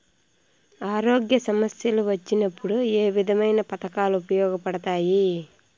ఆరోగ్య సమస్యలు వచ్చినప్పుడు ఏ విధమైన పథకాలు ఉపయోగపడతాయి